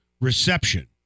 reception